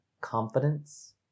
confidence